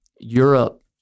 Europe